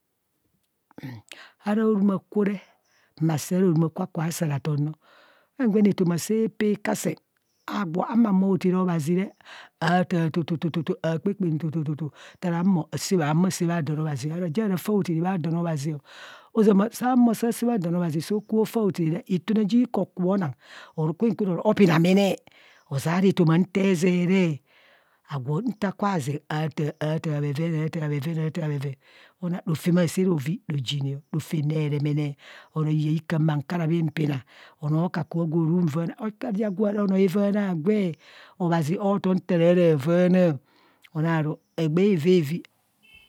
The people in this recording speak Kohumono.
Araa rumagwo re, ma sẹẹ ara horumagwo akubha sara ton nọọ, gwen gwen etoma sạạ pe kasen aguo ahumuhumo hothara obhazi re aataa tututu aakpa kpan tututu ntara humo asaa bha do obhaziọ, aro jung arafa hotharo obhazio. Ozama saa humo saa sạ bha don obhazi, so kubha ofaa hothara obhazi re, itune ji ke okubho nang or kwen kwen oro opina menee oze ara etoma nte zeree, agwo nta zẹẹ aatạạ, aatạạ bheven aataa bheven, aataa, bheven anang rofem aasa rovi rojinao, rofem re remene oro iyẹ ikạ mang kara mii pina anọọ kakubho gwu rung vạạna, oja agwo araa anọọ avaana agwe obhazi ootom nta raraa zauna anaa ru egbee avaavi